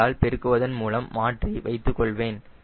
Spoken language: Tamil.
8 ஆல் பெருக்குவதன் மூலம் மாற்றி வைத்துக் கொள்வேன்